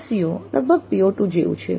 હવે આ CO લગભગ PO2 જેવું છે